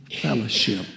fellowship